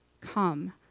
Come